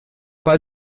pas